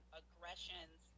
aggressions